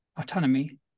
autonomy